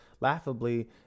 laughably